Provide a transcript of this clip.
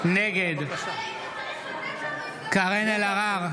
נגד קארין אלהרר,